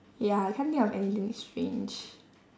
ya I can't think of anything strange